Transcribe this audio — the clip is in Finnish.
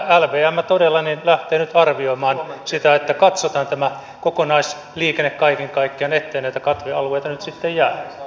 lvm todella lähtee nyt arvioimaan sitä että katsotaan tämä kokonaisliikenne kaiken kaikkiaan ettei näitä katvealueita nyt sitten jää